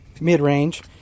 mid-range